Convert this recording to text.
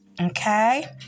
Okay